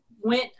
went